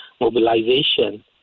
mobilization